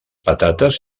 patates